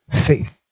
faith